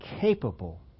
capable